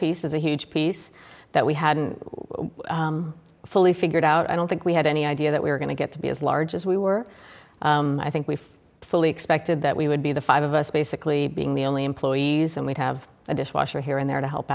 piece is a huge piece that we hadn't fully figured out i don't think we had any idea that we were going to get to be as large as we were i think we fully expected that we would be the five of us basically being the only employees and we'd have a dishwasher here and there to help